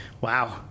Wow